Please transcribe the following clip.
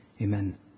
Amen